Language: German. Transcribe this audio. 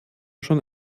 schon